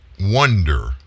wonder